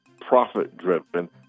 profit-driven